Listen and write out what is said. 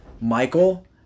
michael